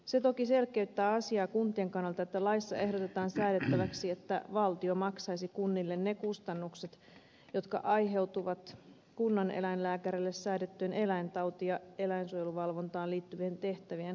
se toki selkeyttää asiaa kuntien kannalta että laissa ehdotetaan säädettäväksi että valtio maksaisi kunnille ne kustannukset jotka aiheutuvat kunnaneläinlääkärille säädettyjen eläintauti ja eläinsuojeluvalvontaan liittyvien tehtävien hoitamisesta